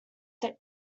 from